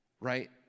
right